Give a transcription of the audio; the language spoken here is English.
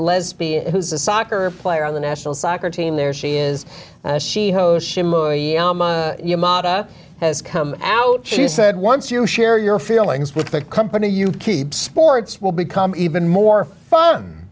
lesbian who's a soccer player on the national soccer team there she is your model has come out she said once you share your feelings with the company you keep sports will become even more fun